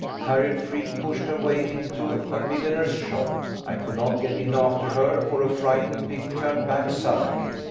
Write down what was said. harriot freke pushed her way into a milliner's shop i could not get in after her, for a frightened pig turned back suddenly,